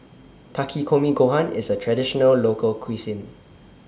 Takikomi Gohan IS A Traditional Local Cuisine